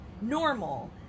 normal